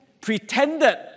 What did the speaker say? pretended